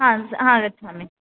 आम् आगच्छामि